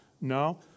No